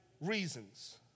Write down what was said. reasons